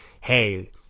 hey